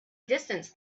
distance